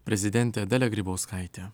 prezidentė dalia grybauskaitė